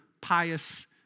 pious